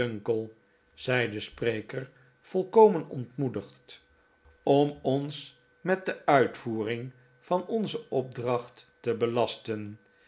zei de spreker volkomen ontmoedigd om u met de uitvoering van onze opdracht te belasten